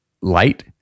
light